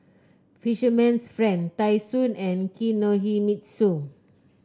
Fisherman's Friend Tai Sun and Kinohimitsu